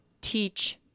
teach